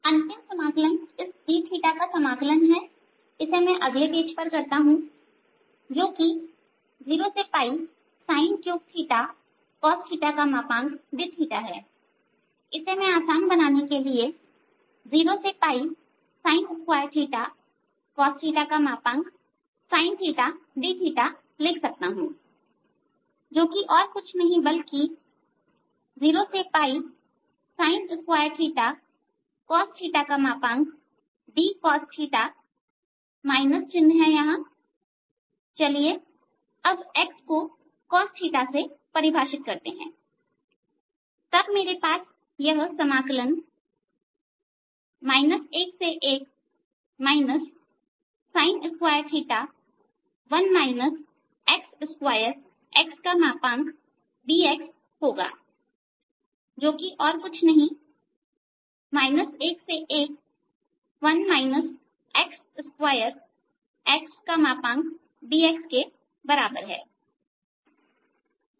अंतिम समाकलन इस d का समाकलन है मैं इसे अगले पृष्ठ पर करता हूं जो कि 0 sin3cos dθहै जिसे मैं आसान बनाने के लिए 0 sin2cos sin θdθलिख सकता हूं जो कि और कुछ नहीं बल्कि 0 sin2cos d cosθचलिए अब x को cos से परिभाषित करते हैं तब मेरे पास यह समाकलन 11 sin2 xdx होगा जो कि और कुछ नहीं 11 xd xके बराबर होगा